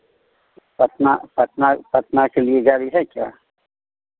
पटना पटना पटना के लिए गाड़ी है क्या